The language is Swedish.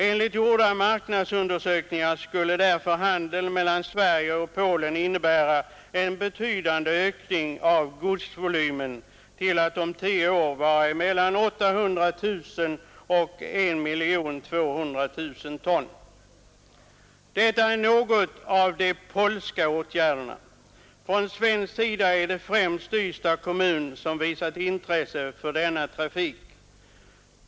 Enligt gjorda marknadsundersökningar skulle handeln mellan Sverige och Polen innebära en betydande ökning av godsvolymen till att om tio år vara mellan 800 000 och 1,2 miljoner ton. Detta var något om de polska åtgärderna. Från svensk sida är det främst Ystads kommun som visat intresse för denna trafik.